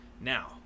Now